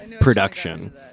production